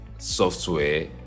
software